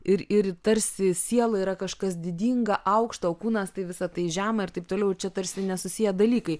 ir ir tarsi siela yra kažkas didinga aukšta o kūnas tai visa tai žema ir taip toliau čia tarsi nesusiję dalykai